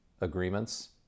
agreements